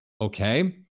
okay